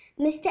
Mr